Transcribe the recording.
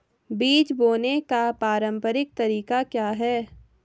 बीज बोने का पारंपरिक तरीका क्या है?